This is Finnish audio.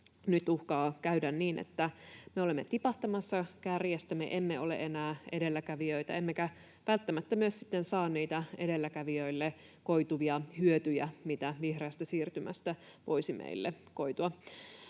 Nyt uhkaa käydä niin, että me olemme tipahtamassa kärjestä, me emme ole enää edelläkävijöitä emmekä välttämättä myöskään sitten saa niitä edelläkävijöille koituvia hyötyjä, mitä vihreästä siirtymästä voisi meille koitua.